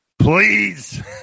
Please